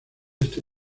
este